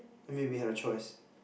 I mean we had a choice